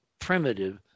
primitive